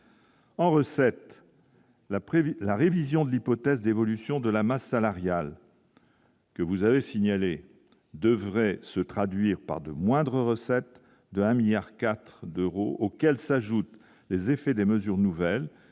En recettes la prévu la révision de l'hypothèse d'évolution de la masse salariale que vous avez signalé devrait se traduire par de moindres recettes d'un 1000000000 4 d'euros auxquels s'ajoutent les effets des mesures nouvelles